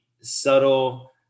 subtle